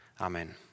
Amen